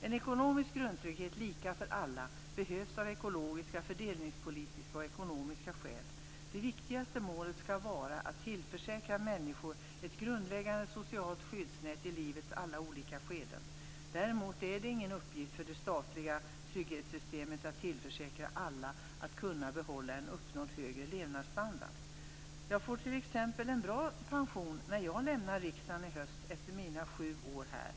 En ekonomisk grundtrygghet, lika för alla, behövs av ekologiska, fördelningspolitiska och ekonomiska skäl. Det viktigaste målet skall vara att tillförsäkra människor ett grundläggande socialt skyddsnät i livets alla olika skeden. Däremot är det ingen uppgift för det statliga trygghetssystemet att tillförsäkra alla att kunna behålla en uppnådd högre levnadsstandard. Jag får t.ex. en bra pension när jag lämnar riksdagen i höst efter mina sju år här.